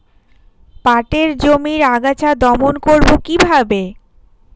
পাটের জমির আগাছা দমন করবো কিভাবে?